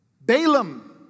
Balaam